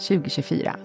2024